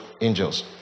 angels